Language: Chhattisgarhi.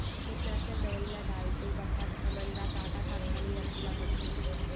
कीटनाशक दवई ल डालते बखत हमन ल का का सावधानी रखें ल पड़थे?